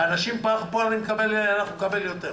באנשים אנחנו נקבל יותר.